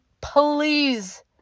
please